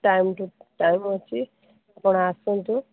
time time ଅଛି ଆପଣ ଆସନ୍ତୁ